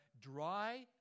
dry